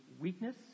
weakness